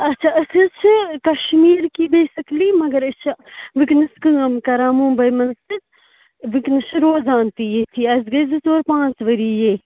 اچھا أسۍ حظ چھِ کَشمیٖرکٕے بیسِکٔلی مگر أسۍ چھِ وٕنکیٚنَس کٲم کران ممبی منٛز تہِ ؤنکیٚنَس چھِ روزان تہِ ییٚتی اَسہِ گٔے زٕ ژور پانٛژھ ؤری ییٚتۍ